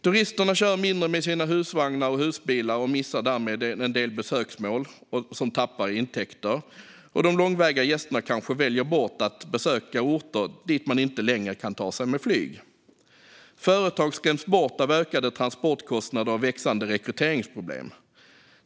Turisterna kör mindre med sina husvagnar och husbilar och missar därmed en del besöksmål som därmed tappar i intäkter, och de långväga gästerna kanske väljer bort att besöka orter dit man inte längre kan ta sig med flyg. Företag skräms bort av ökade transportkostnader och växande rekryteringsproblem.